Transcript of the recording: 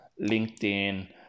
LinkedIn